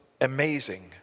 amazing